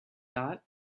thought